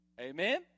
Amen